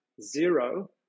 zero